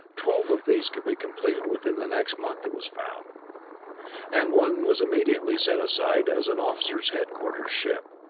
twelve of these could be completed within the next month, it was found and one was immediately set aside as an officers' headquarters ship.